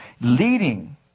Leading